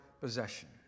possession